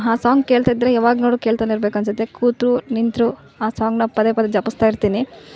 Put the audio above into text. ಆ ಸಾಂಗ್ ಕೇಳ್ತಾ ಇದ್ರೆ ಯಾವಾಗ ನೋಡು ಕೇಳ್ತನೇ ಇರ್ಬೇಕು ಅನಿಸುತ್ತೆ ಕೂತರು ನಿಂತರು ಆ ಸಾಂಗ್ನ ಪದೇ ಪದೇ ಜಪಿಸ್ತಾ ಇರ್ತೀನಿ